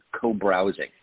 co-browsing